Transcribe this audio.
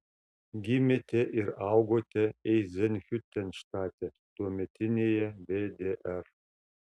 gimėte ir augote eizenhiutenštate tuometinėje vdr